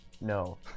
No